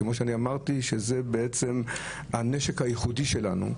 כמו שאמרתי זה הנשק הייחודי שלנו.